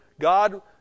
God